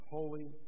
Holy